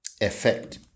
effect